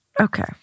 Okay